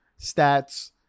stats